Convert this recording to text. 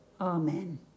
Amen